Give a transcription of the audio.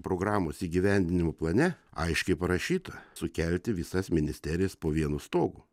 programos įgyvendinimo plane aiškiai parašyta sukelti visas ministerijas po vienu stogu